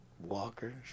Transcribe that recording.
walkers